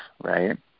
right